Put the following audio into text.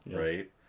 right